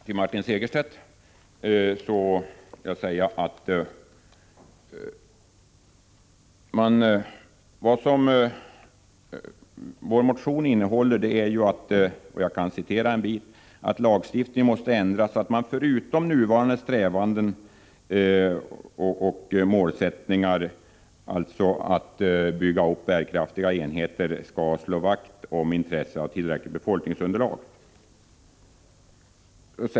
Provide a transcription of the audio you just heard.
Till Martin Segerstedt vill jag säga att vad vår motion innehåller är bl.a. förslag om ändringar i jordförvärvslagen. Jag kan citera ur motionen, där det står att ”lagstiftningen måste ändras så att förutom nuvarande strävanden det även som viktiga målsättningar skall anges att slå vakt om intresset att ha tillräckligt befolkningsunderlag---.